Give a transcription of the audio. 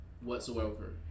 whatsoever